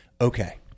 okay